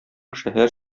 шәһәр